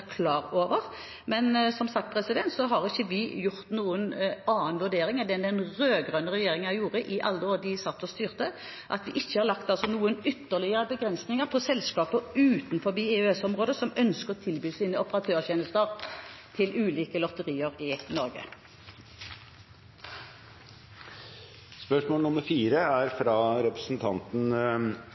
klar over. Men som sagt har ikke vi gjort noen annen vurdering enn den som den rød-grønne regjeringen gjorde i alle de årene de satt og styrte. Vi har altså ikke lagt noen ytterligere begrensninger på selskaper utenfor EØS-området som ønsker å tilby sine operatørtjenester til ulike lotterier i Norge. Jeg har følgende spørsmål